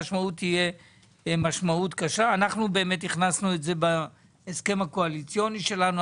אנחנו הכנסנו את נושא החקלאות בהסכם הקואליציוני שלנו,